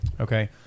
Okay